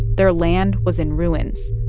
their land was in ruins.